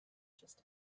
just